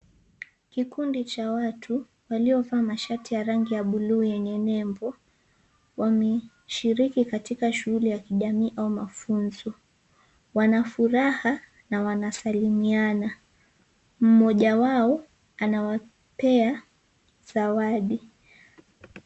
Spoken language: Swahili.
Kikundi cha watu waliovaa mashati ya rangi ya bluu yenye nembo, wameshiriki katika shughuli ya kijamii au mafunzo. Wana furaha na wanasalimiana. Mmoja wao anawapea zawadi.